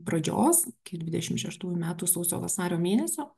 pradžios iki dvidešimt šeštųjų metų sausio vasario mėnesio